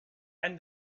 and